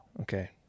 Okay